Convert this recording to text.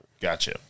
Gotcha